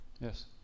Yes